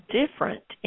different